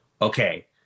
okay